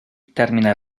termina